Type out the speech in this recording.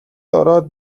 ороод